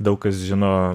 daug kas žino